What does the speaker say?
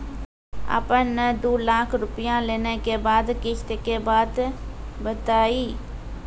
आपन ने दू लाख रुपिया लेने के बाद किस्त के बात बतायी?